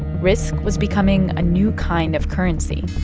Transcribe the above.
risk was becoming a new kind of currency